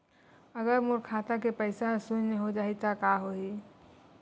अगर मोर खाता के पईसा ह शून्य हो जाही त का होही?